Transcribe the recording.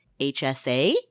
HSA